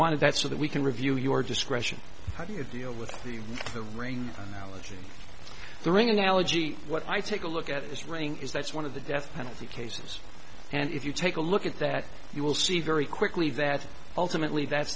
wanted that so that we can review your discretion how do you deal with the the rain alex in the ring analogy what i take a look at this running is that's one of the death penalty cases and if you take a look at that you will see very quickly that ultimately that